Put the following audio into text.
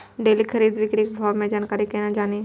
Daily खरीद बिक्री के भाव के जानकारी केना जानी?